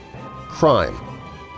crime